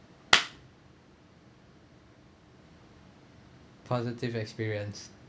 positive experience